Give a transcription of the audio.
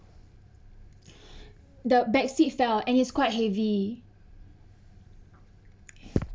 the back seat fell and it's quite heavy